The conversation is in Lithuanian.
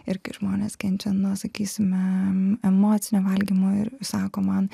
ir kai žmonės kenčia nuo sakysime emocinio valgymo ir sako man